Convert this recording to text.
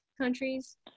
countries